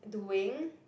doing